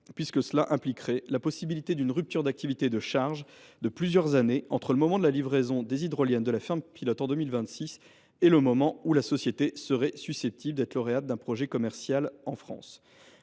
effet, cela impliquerait une possible rupture d’activité et de charge de plusieurs années entre le moment de la livraison des hydroliennes de la ferme pilote en 2026 et le moment où la société serait susceptible d’être lauréate d’un projet commercial en France.